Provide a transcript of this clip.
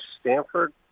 Stanford